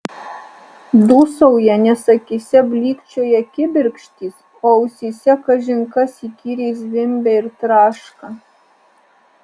dūsauja nes akyse blykčioja kibirkštys o ausyse kažin kas įkyriai zvimbia ir traška